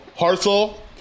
Parcel